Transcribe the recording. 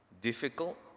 difficult